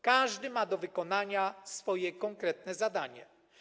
Każdy ma do wykonania swoje konkretne zadanie.